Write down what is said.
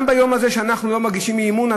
גם ביום הזה שאנחנו לא מגישים אי-אמון,